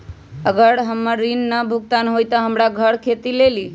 अगर हमर ऋण न भुगतान हुई त हमर घर खेती लेली?